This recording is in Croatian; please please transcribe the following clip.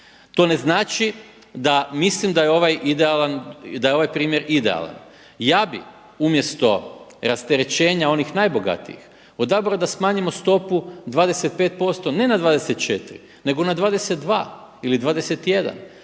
To ne znači da mislim da je ovaj primjer idealan. Ja bih umjesto rasterećenja onih najbogatijih odabrao da smanjimo stopu 25% ne na 24 nego na 22 ili 21.